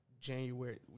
January